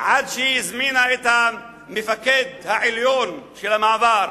עד שהיא הזמינה את המפקד העליון של המעבר,